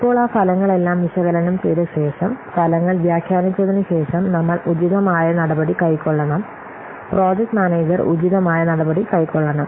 ഇപ്പോൾ ആ ഫലങ്ങളെല്ലാം വിശകലനം ചെയ്ത ശേഷം ഫലങ്ങൾ വ്യാഖ്യാനിച്ചതിന് ശേഷം നമ്മൾ ഉചിതമായ നടപടി കൈക്കൊള്ളണം പ്രോജക്ട് മാനേജർ ഉചിതമായ നടപടി കൈക്കൊള്ളണം